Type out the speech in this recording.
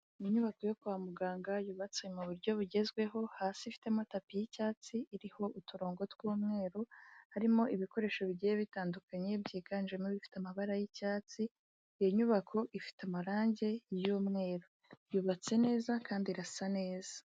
Inyubako yo kwa muganga yubatse mu buryo bugezweho hasi ifite amatapi y'icyatsi, iriho uturongo tw'umweru, harimo ibikoresho bigiye bitandukanye byiganjemo ibifite amabara y'icyatsi, iyo nyubako ifite amarangi y'umweru yubatse neza kandi irasa neza.